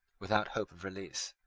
without hope of release.